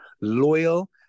loyal